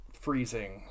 freezing